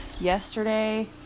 yesterday